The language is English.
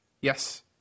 Yes